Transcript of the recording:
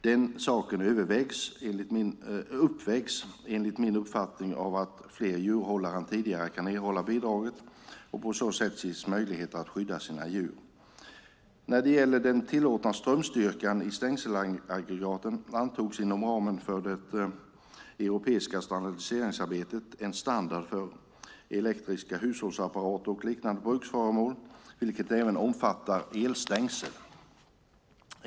Den saken uppvägs, enligt min uppfattning, av att fler djurhållare än tidigare kan erhålla bidraget och på så sätt ges möjlighet att skydda sina djur. När det gäller den tillåtna strömstyrkan i stängselaggregaten antogs, inom ramen för det europeiska standardiseringsarbetet, en standard för elektriska hushållsapparater och liknande bruksföremål, vilken även omfattar elstängsel.